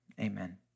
amen